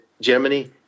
Germany